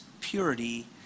purity